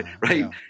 right